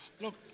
Look